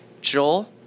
Joel